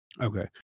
okay